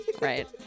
right